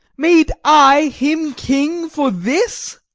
made i him king for this?